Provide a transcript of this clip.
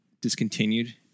discontinued